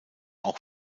auch